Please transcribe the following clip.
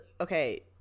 okay